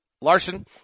Larson